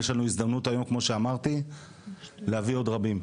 יש לנו הזדמנות היום כמו שאמרתי להביא עוד רבים.